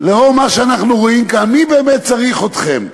לאור מה שאנחנו רואים כאן, מי באמת צריך אתכם?